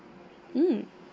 mm